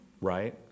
right